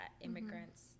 immigrants